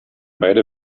beide